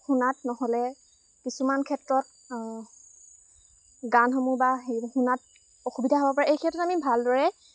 শুনাত নহ'লে কিছুমান ক্ষেত্ৰত গানসমূহ বা হেৰি শুনাত অসুবিধা হ'ব পাৰে এই ক্ষেত্ৰত আমি ভালদৰে